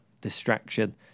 distraction